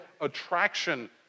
attraction